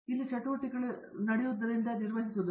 ಅಲ್ಲಿ ಚಟುವಟಿಕೆಗಳು ನಡೆಯುವುದರಿಂದ ನಿರ್ವಹಿಸುವುದು